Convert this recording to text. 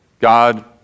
God